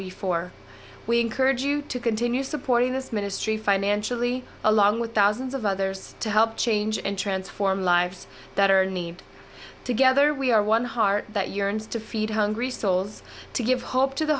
before we encourage you to continue supporting this ministry financially along with thousands of others to help change and transform lives that are need together we are one heart that yearns to feed hungry souls to give hope to the